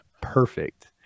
perfect